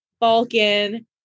Balkan